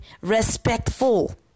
respectful